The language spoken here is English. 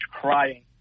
crying